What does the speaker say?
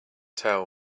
tell